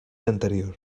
anterior